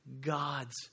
God's